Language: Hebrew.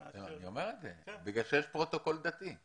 אני אומר את זה, בגלל שיש פרוטוקול דתי.